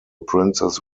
princess